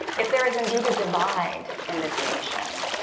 if there is indeed a divide in this nation,